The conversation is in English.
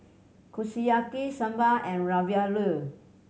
Kushiyaki Sambar and Ravioli